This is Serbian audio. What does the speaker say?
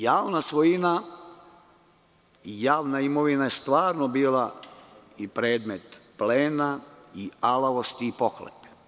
Javna svojina, javna imovina je stvarno bila i predmet plena i alavosti i pohlepe.